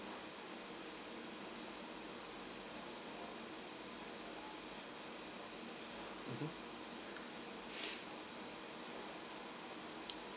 mmhmm